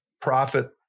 profit